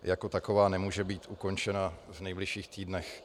Jako taková nemůže být ukončena v nejbližších týdnech.